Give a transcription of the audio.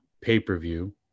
pay-per-view